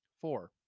Four